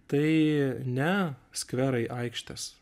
tai ne skverai aikštės